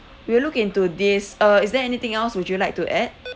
we'll look into this uh is there anything else would you like to add